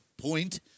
point